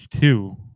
two